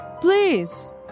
please